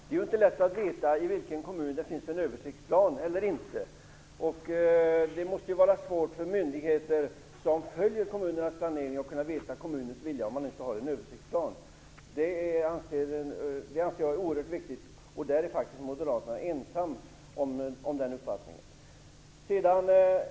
Det är inte lätt att veta i vilken kommun det finns en översiktsplan och i vilken det inte finns någon, och det måste vara svårt för myndigheter som följer kommunernas planering att veta vad kommunerna vill om det inte finns någon översiktsplan. Jag anser att detta är oerhört viktigt, och Moderaterna är faktiskt ensamma om den här uppfattningen.